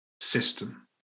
system